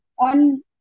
On